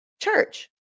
church